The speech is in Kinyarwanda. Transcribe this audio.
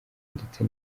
ndetse